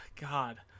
God